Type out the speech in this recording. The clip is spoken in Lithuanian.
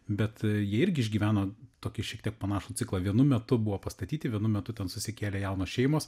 bet jie irgi išgyveno tokį šiek tiek panašų ciklą vienu metu buvo pastatyti vienu metu ten susikėlė jaunos šeimos